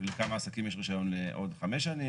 לכמה עסקים יש רישיון לעוד חמש שנים,